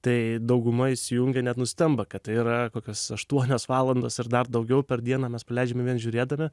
tai dauguma įsijungę net nustemba kad tai yra kokios aštuonios valandos ir dar daugiau per dieną mes praleidžiame vien žiūrėdami